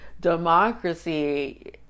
democracy